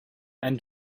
and